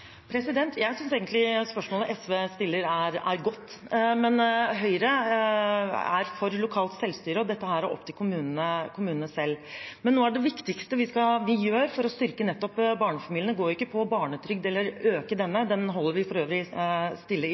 Jeg synes egentlig spørsmålet SV stiller, er godt, men Høyre er for lokalt selvstyre. Dette er opp til kommunene selv. Noe av det viktigste vi gjør for å styrke barnefamiliene, går ikke på barnetrygd eller på å øke denne ? den holder vi for øvrig stille i